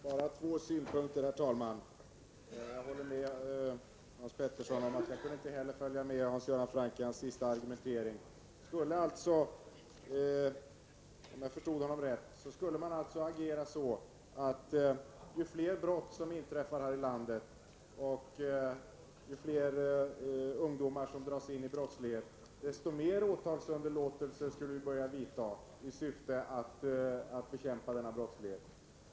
Herr talman! Bara två synpunkter! Jag håller med Hans Petersson i Röstånga, för jag kunde inte heller följa med Hans Göran Franck i hans senaste argumentering. Om jag förstod honom rätt skulle vi agera så, att ju fler brott som inträffar här i landet och ju fler ungdomar som dras in i brottslighet, desto flera åtalsunderlåtelser skulle vi börja medge i syfte att bekämpa denna brottslighet.